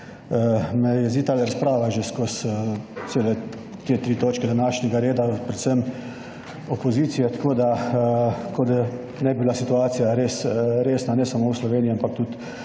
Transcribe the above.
me jezi ta razprava že skozi cele te tri točke današnjega reda, predvsem opozicije, kot da ne bi bila situacija resna, in to ne samo v Sloveniji, ampak tudi